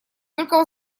только